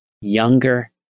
younger